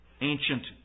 ancient